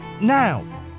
now